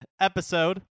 episode